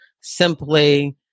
simply